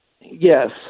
yes